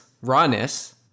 rawness